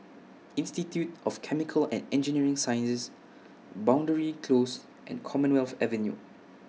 Institute of Chemical and Engineering Sciences Boundary Close and Commonwealth Avenue